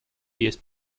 есть